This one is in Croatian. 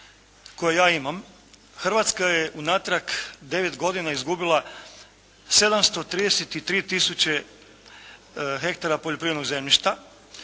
Hrvatska je unatrag 9 godina izgubila 733 tisuće hektara poljoprivrednog zemljišta.